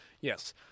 Yes